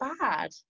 bad